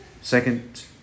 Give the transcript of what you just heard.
Second